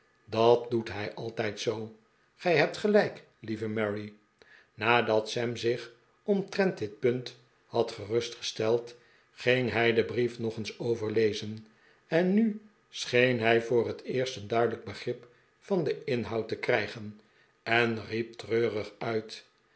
dat doet hij altijd zoo gij hebt gelijk lieve mary nadat sam zich omtrent dit punt had gerustgesteld ging hij den brief nog eens overlezen en nu scheen hij voor het eerst een duidelijk begrip van den inhoud te krijgen en riep treurig uit